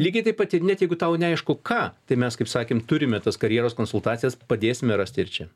lygiai taip pat ir net jeigu tau neaišku ką tai mes kaip sakėm turime tas karjeros konsultacijas padėsime rasti ir čia